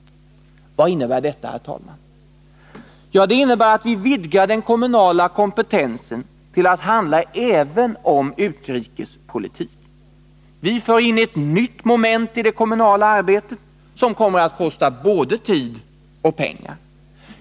Vad innebär detta? Jo, det innebär att vi vidgar den kommunala kompetensen till att handla även om utrikespolitik. Vi för in ett nytt moment i det kommunala arbetet som kommer att kosta både tid och pengar.